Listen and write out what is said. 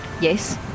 Yes